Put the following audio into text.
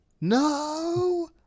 No